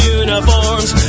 uniforms